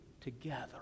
together